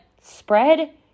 spread